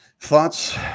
Thoughts